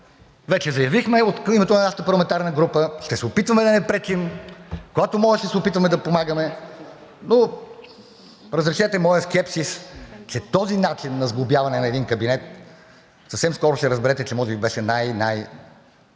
Вече заявихме от името на нашата парламентарна група, че ще се опитваме да не пречим. Когато можем, ще се опитваме да помагаме, но разрешете моя скепсис, че този начин на сглобяване на един кабинет, съвсем скоро ще разберете, че може би беше най-,